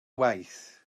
waith